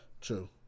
True